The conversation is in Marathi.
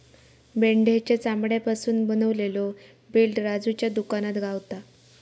मेंढ्याच्या चामड्यापासून बनवलेलो बेल्ट राजूच्या दुकानात गावता